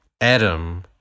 Adam